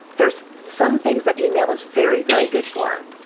there's some things that email is very, very good for,